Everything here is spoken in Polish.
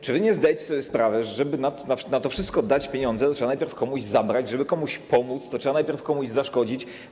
Czy wy nie zdajecie sobie sprawy, że żeby na to wszystko dać pieniądze, to trzeba najpierw komuś zabrać, żeby komuś pomóc, to trzeba najpierw komuś zaszkodzić?